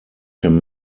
him